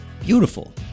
Beautiful